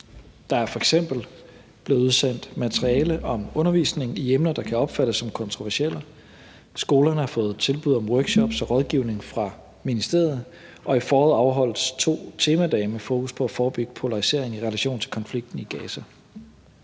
Der er f.eks. blevet udsendt materiale om undervisning i emner, der kan opfattes som kontroversielle, skolerne har fået tilbud om workshops og rådgivning fra ministeriet, og i foråret afholdes to temadage med fokus på at forebygge polarisering i relation til konflikten i Gaza.